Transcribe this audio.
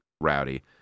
rowdy